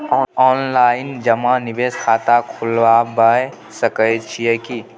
Online जमा निवेश खाता खुलाबय सकै छियै की?